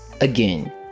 Again